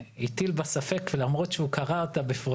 נצטרך אולי למצוא תחליף או לשנות את דעתו של אותו